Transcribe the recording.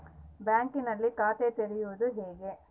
ಬ್ಯಾಂಕಿನಲ್ಲಿ ಖಾತೆ ತೆರೆಯುವುದು ಹೇಗೆ?